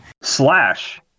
Slash